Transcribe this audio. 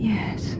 Yes